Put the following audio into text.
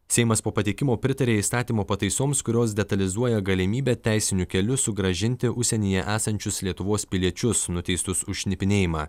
seimas po pateikimo pritarė įstatymo pataisoms kurios detalizuoja galimybę teisiniu keliu sugrąžinti užsienyje esančius lietuvos piliečius nuteistus už šnipinėjimą